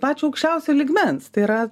pačio aukščiausio lygmens tai yra